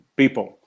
people